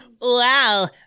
Wow